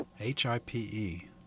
H-I-P-E